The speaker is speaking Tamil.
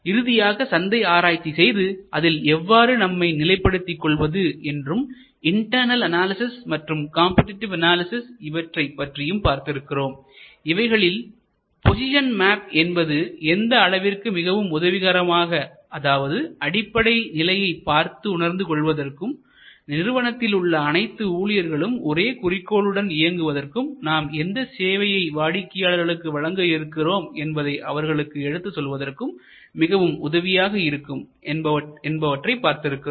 இறுதியாக சந்தை ஆராய்ச்சி செய்து அதில் எவ்வாறு நம்மை நிலைப்படுத்திக் கொள்வது என்றும் இன்டர்ணல் அனாலிசிஸ் மற்றும் காம்படிடிவ் அனாலிசிஸ் இவற்றைப் பற்றியும் பார்த்திருக்கிறோம் இவைகளில் போசிஷன் மேப் என்பது எந்த அளவிற்கு மிகவும் உதவிகரமாக அதாவது அடிப்படை நிலையை பார்த்து உணர்ந்து கொள்வதற்கும் நிறுவனத்தில் உள்ள அனைத்து ஊழியர்களும் ஒரே குறிக்கோளுடன் இயங்குவதற்கும் நாம் எந்த சேவையை வாடிக்கையாளர்களுக்கு வழங்க இருக்கிறோம் என்பதை அவர்களுக்கு எடுத்துச் சொல்வதற்கும் மிகவும் உதவியாக இருக்கும் என்பவற்றை பார்த்திருக்கிறோம்